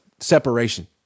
separation